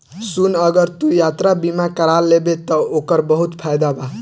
सुन अगर तू यात्रा बीमा कारा लेबे त ओकर बहुत फायदा बा